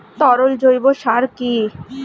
তরল জৈব সার কি?